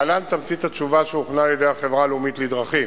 להלן תמצית התשובה שהוכנה על-ידי החברה הלאומית לדרכים: